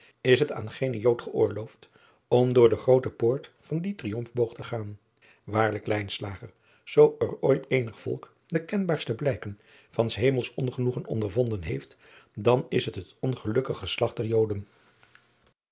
is het aan geenen jood geoorloofd om driaan oosjes zn et leven van aurits ijnslager door de groote poort van dien riomfboog te gaan aarlijk zoo er ooit eenig volk de kenbaarste blijken van s emels ongenoegen ondervonden heeft dan is het het ongelukkig geslacht der oden